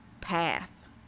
path